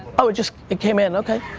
oh it just, it came in, ok.